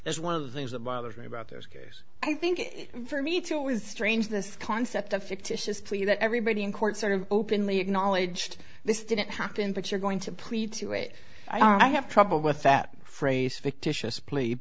is one of the things that bothers me about this case i think for me too it was strange this concept of fictitious plea that everybody in court sort of openly acknowledged this didn't happen but you're going to plead to it i have trouble with that phrase fictitious pl